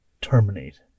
terminate